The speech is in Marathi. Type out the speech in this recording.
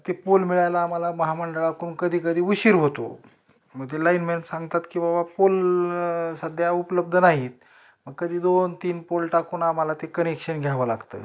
ते पोल मिळायला आम्हाला महामंडळाकडून कधी कधी उशीर होतो मग ते लाईनमॅन सांगतात की बाबा पोल सध्या उपलब्ध नाहीत मग कधी दोन तीन पोल टाकून आम्हाला ते कनेक्शन घ्यावं लागतं